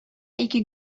iki